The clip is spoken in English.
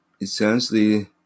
essentially